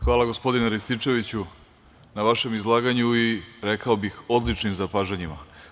Hvala gospodine Rističeviću na vašem izlaganju i rekao bih odličnim zapažanjima.